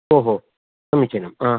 आम् समीचीनम् आम्